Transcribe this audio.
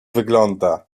wygląda